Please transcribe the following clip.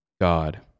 God